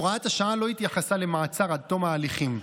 הוראת השעה לא התייחסה למעצר עד תום ההליכים.